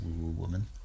woman